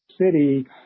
city